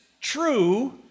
true